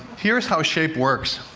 here's how shape works